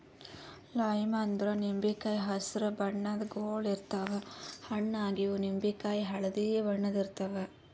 lime ಅಂದ್ರ ನಿಂಬಿಕಾಯಿ ಹಸ್ರ್ ಬಣ್ಣದ್ ಗೊಳ್ ಇರ್ತವ್ ಹಣ್ಣ್ ಆಗಿವ್ ನಿಂಬಿಕಾಯಿ ಹಳ್ದಿ ಬಣ್ಣದ್ ಇರ್ತವ್